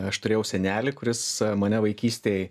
aš turėjau senelį kuris mane vaikystėj